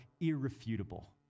irrefutable